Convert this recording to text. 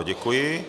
Děkuji.